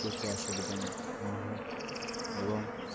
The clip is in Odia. କିଛି ଅସୁବିଧା ନହୁଏ ଏବଂ